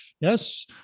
Yes